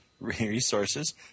Resources